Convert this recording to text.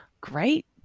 great